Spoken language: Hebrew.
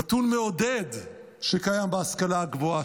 נתון מעודד שקיים בהשכלה הגבוהה,